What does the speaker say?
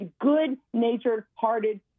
good-natured-hearted